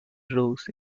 roles